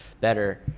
better